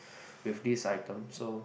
with these items so